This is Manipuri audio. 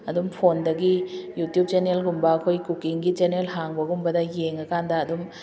ꯑꯗꯨꯝ ꯐꯣꯟꯗꯒꯤ ꯌꯨꯇꯨꯞ ꯆꯦꯟꯅꯦꯜꯒꯨꯝꯕ ꯑꯩꯈꯣꯏ ꯀꯨꯀꯤꯡꯒꯤ ꯆꯦꯟꯅꯦꯜ ꯍꯥꯡꯕꯒꯨꯝꯕꯗ ꯌꯦꯡꯉꯀꯥꯟꯗ ꯑꯗꯨꯝ